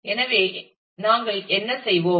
எனவே நாங்கள் என்ன செய்வோம்